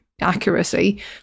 accuracy